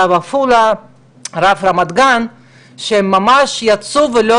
הרב של עפולה והרב של רמת גן שממש יצאו ולא